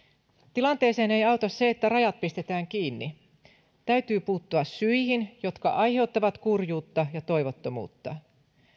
tilanteeseen ei auta se että rajat pistetään kiinni täytyy puuttua syihin jotka aiheuttavat kurjuutta ja toivottomuutta